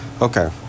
Okay